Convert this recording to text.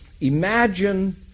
Imagine